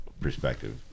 perspective